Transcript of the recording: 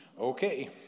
okay